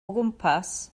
gwmpas